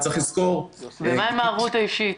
וצריך לזכור -- ומה עם הערבות האישית?